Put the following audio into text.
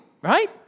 right